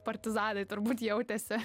partizanai turbūt jautėsi